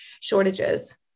shortages